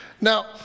Now